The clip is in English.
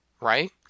right